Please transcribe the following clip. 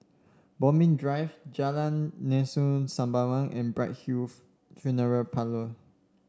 Bodmin Drive Jalan Lengkok Sembawang and Bright Hill Funeral Parlour